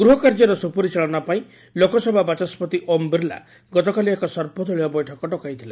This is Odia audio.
ଗୃହକାର୍ଯ୍ୟର ସୁପରିଚାଳନା ପାଇଁ ଲୋକସଭା ବାଚସ୍ତି ଓମ୍ ବିଲା ଗତକାଲି ଏକ ସର୍ବଦଳୀୟ ବୈଠକ ଡକାଇଥିଲେ